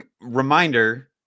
reminder